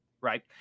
right